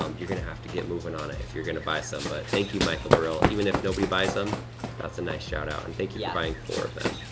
um you're gonna have to get moving on it, if you're gonna buy some, but thank you michael barill, even if nobody buys um that's a nice shout-out and thank you for yeah buying four of them.